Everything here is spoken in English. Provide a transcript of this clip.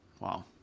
Wow